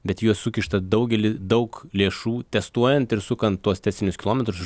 bet į juos sukišta daugeli daug lėšų testuojant ir sukant tuos tęstinius kilometrus